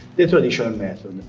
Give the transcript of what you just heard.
the traditional method.